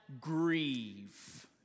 Grieve